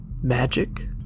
magic